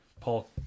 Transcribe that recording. Paul